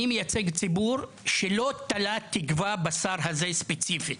אני מייצג ציבור שלא תלה תקווה בשר הזה ספציפית.